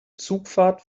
zugfahrt